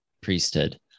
priesthood